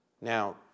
Now